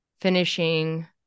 finishing